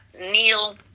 Neil